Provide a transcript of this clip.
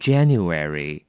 January